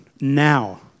now